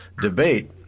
debate